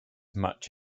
much